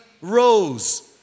rose